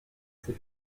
ces